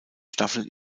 staffel